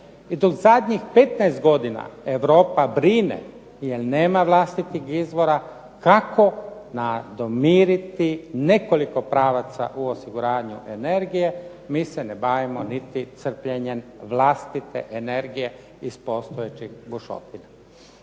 I do zadnjih 15 godina Europa brine jer nema vlastitih izvora kako nadomiriti nekoliko pravaca u osiguranju energije. Mi se ne bavimo niti crpljenjem vlastite energije iz postojećih bušotina